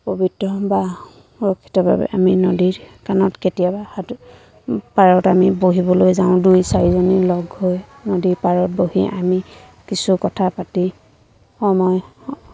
পবিত্ৰ বা সুৰক্ষিত বাবে আমি নদীৰ কাণত কেতিয়াবা সাতু পাৰত আমি বহিবলৈ যাওঁ দুই চাৰিজনী লগ হৈ নদীৰ পাৰত বহি আমি কিছু কথা পাতি সময়